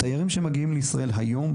תיירים שמגיעים למדינת ישראל היום,